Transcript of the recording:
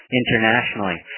internationally